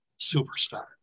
superstar